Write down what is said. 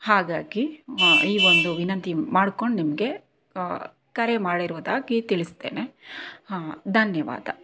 ಹಾಗಾಗಿ ಮ ಈವೊಂದು ವಿನಂತಿ ಮಾಡಿಕೊಂಡು ನಿಮಗೆ ಕರೆ ಮಾಡಿರೋದಾಗಿ ತಿಳಿಸ್ತೇನೆ ಧನ್ಯವಾದ